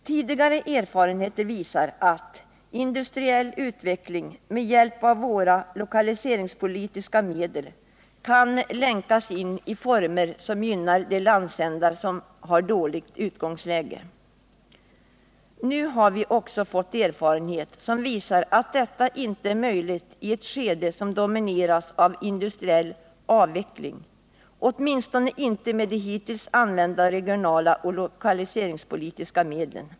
Tidigare erfarenheter visar att industriell utveckling med hjälp av våra lokaliseringspolitiska medel kan länkas in i former som gynnar de landsändar som har dåligt utgångsläge. Nu har vi också fått erfarenheter som visar att detta inte är möjligt i ett skede som domineras av industriell avveckling, åtminstone inte med de hittills använda regionaloch lokaliseringspolitiska medlen.